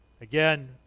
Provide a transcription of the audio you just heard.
Again